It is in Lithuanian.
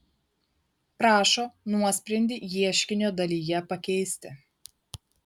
prašo nuosprendį ieškinio dalyje pakeisti